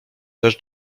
też